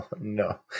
no